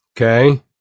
Okay